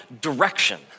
direction